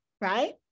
right